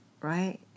right